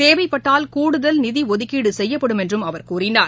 தேவைப்பட்டால் கூடுதல் நிதி ஒதுக்கீடு செய்யப்படும் என்றும் அவா் கூறினார்